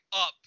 up